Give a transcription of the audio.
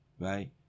Right